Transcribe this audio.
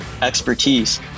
expertise